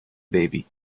baby